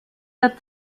der